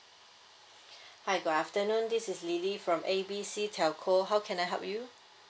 hi good afternoon this is lily from A B C telco how can I help you